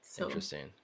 Interesting